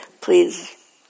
Please